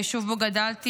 היישוב שבו גדלתי,